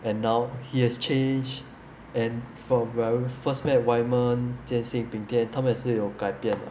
and now he has changed and from when I first met waiman jian xing bing tian 他们也是有改变 lah